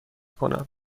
کنم